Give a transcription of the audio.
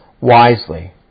wisely